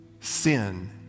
sin